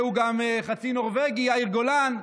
שהוא גם חצי נורבגי, יאיר גולן.